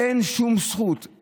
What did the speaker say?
אין שום זכות,